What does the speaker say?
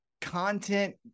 content